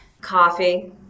Coffee